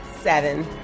Seven